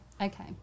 okay